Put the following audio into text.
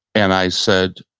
and i said,